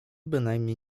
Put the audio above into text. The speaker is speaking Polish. bynajmniej